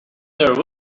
there